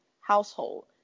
household